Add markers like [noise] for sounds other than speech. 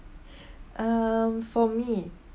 [breath] um for me